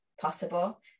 possible